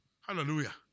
Hallelujah